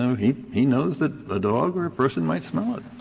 so he he knows that a dog or a person might smell it.